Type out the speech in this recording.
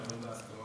בשם שר החינוך,